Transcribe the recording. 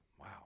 Wow